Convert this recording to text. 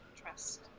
trust